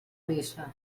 niça